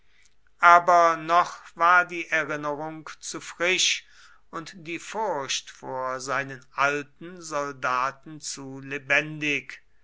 aber noch war die erinnerung zu frisch und die furcht vor seinen alten soldaten zu lebendig